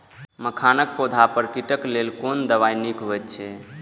मखानक पौधा पर कीटक लेल कोन दवा निक होयत अछि?